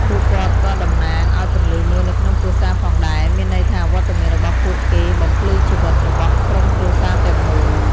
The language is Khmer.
ពួកគាត់ក៏៏តំណាងឱ្យពន្លឺមួយនៅក្នុងគ្រួសារផងដែរ មានន័យថាវត្តមានរបស់ពួកគេបំភ្លឺជីវិតរបស់ក្រុមគ្រួសារទាំងមូល។